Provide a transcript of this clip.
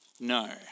no